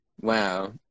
Wow